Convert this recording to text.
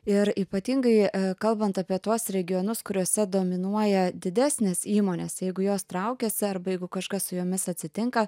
ir ypatingai kalbant apie tuos regionus kuriuose dominuoja didesnės įmonės jeigu jos traukiasi arba jeigu kažkas su jomis atsitinka